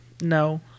No